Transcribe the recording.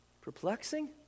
perplexing